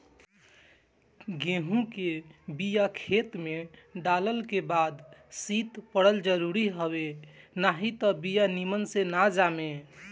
गेंहू के बिया खेते में डालल के बाद शीत पड़ल जरुरी हवे नाही त बिया निमन से ना जामे